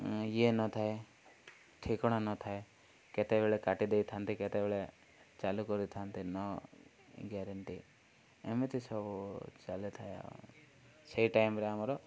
ଇଏ ନଥାଏ ଠିକଣା ନଥାଏ କେତେବେଳେ କାଟି ଦେଇଥାନ୍ତି କେତେବେଳେ ଚାଲୁ କରିଥାନ୍ତି ନ ଗ୍ୟାରେଣ୍ଟି ଏମିତି ସବୁ ଚାଲିଥାଏ ଆଉ ସେଇ ଟାଇମ୍ରେ ଆମର